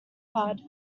card